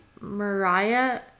Mariah